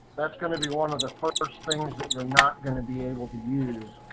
that's going to be one of the first things that you're not going to be able to use.